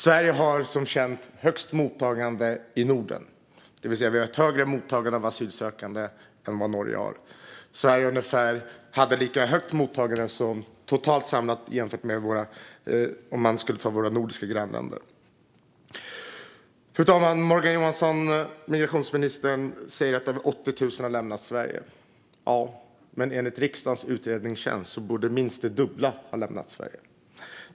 Sverige har, som känt, högst mottagande i Norden, det vill säga vi har ett högre mottagande av asylsökande än vad Norge har. Sverige har ungefär lika högt mottagande som våra nordiska grannländer tillsammans. Fru talman! Morgan Johansson, migrationsministern, säger att över 80 000 har lämnat Sverige. Ja, men enligt riksdagens utredningstjänst borde minst det dubbla ha lämnat Sverige.